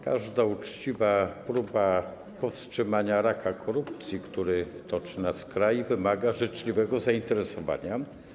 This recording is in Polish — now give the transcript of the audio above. Każda uczciwa próba powstrzymania raka korupcji, który toczy nasz kraj, wymaga życzliwego zainteresowania.